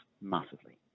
massively